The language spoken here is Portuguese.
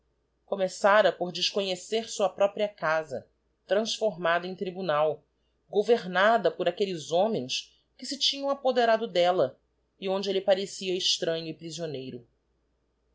começara por desconhecer sua própria casa transformada em tribunal governada por aquelles homens que se tinham apoderado d'ella e onde elle parecia extranho e prisioneiro